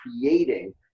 creating